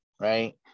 right